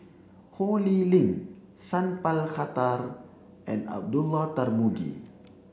Ho Lee Ling Sat Pal Khattar and Abdullah Tarmugi